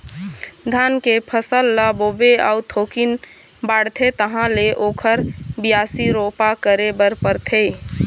धान के फसल ल बोबे अउ थोकिन बाढ़थे तहाँ ले ओखर बियासी, रोपा करे बर परथे